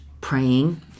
praying